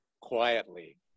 quietly